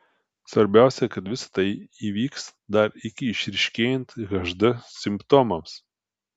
svarbiausia kad visa tai įvyks dar iki išryškėjant hd simptomams